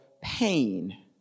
pain